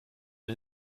and